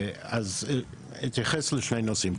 אני אתייחס לשני נושאים.